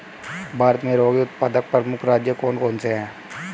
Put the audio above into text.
भारत में रागी उत्पादक प्रमुख राज्य कौन कौन से हैं?